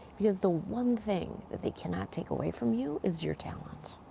because the one thing that they cannot take away from you is your talent.